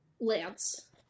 Lance